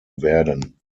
werden